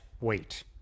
wait